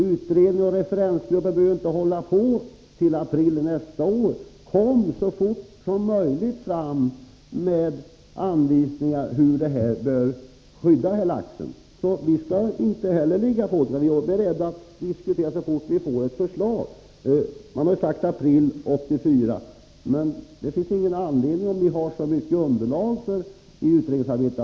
Utredningen och referensgruppen behöver inte hålla på till i april nästa år. Kom så fort som möjligt med anvisningar om hur laxen bör skyddas! Vi kommer inte att ligga på ett sådant förslag, utan är beredda att diskutera det så snart vi får det. Tidpunkten april 1984 har nämnts, men det finns ingen anledning att vänta till dess om ni har så mycket underlag i utredningsarbetet.